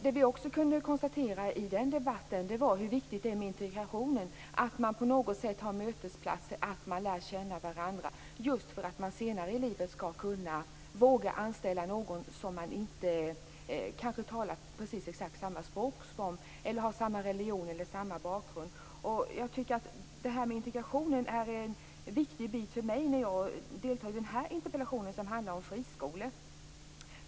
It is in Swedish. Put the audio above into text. Det vi kunde konstatera i den debatten var hur viktigt det är för integrationen att det finns mötesplatser där man lär känna varandra, just för att man senare i livet skall våga anställa någon som inte talar samma språk eller som inte har samma religion eller bakgrund. Integrationen är en viktig bit för mig när jag deltar i denna interpellationsdebatt, som handlar om friskolor.